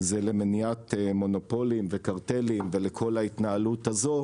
זה למניעת מונופולים וקרטלים ולכל ההתנהלות הזו,